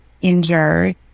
injured